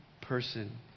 person